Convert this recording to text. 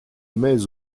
mets